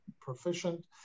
proficient